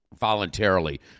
voluntarily